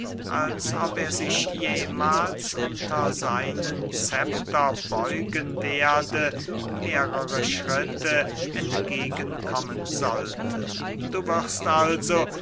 als ob er sich jemahls unter seinen zepter beugen werde mehrere schritte entgegen kommen sollte du wirst also